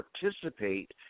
participate